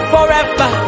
Forever